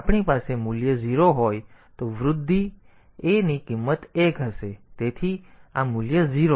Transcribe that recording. હવે જો આપણી પાસે મૂલ્ય 0 હોય તો વૃદ્ધિ a ની કિંમત 1 હશે તેથી આ મૂલ્ય 0 છે